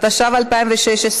התשע"ו 2016,